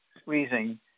squeezing